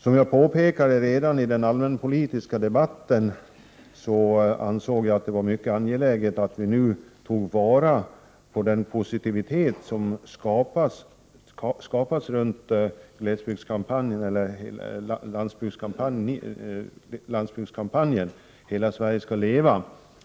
Som jag påpekade redan i den allmänpolitiska debatten anser jag att det är mycket angeläget att vi nu tar vara på den positivitet som har skapats genom landsbygdskampanjen Hela Sverige ska leva.